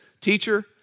teacher